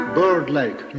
bird-like